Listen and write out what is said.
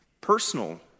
personal